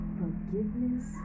forgiveness